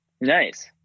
Nice